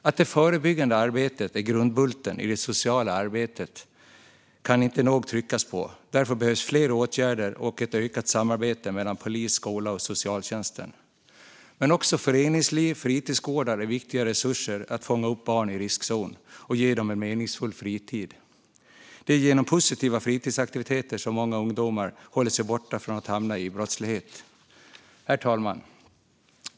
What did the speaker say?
Att det förebyggande arbetet är grundbulten i det sociala arbetet kan man inte nog trycka på. Därför behövs fler åtgärder och ett ökat samarbete mellan polis, skola och socialtjänsten. Men också föreningsliv och fritidsgårdar är viktiga resurser för att fånga upp barn i riskzonen och ge dem en meningsfull fritid. Det är genom positiva fritidsaktiviteter som många ungdomar håller sig borta från brottslighet. Herr talman!